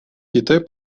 китай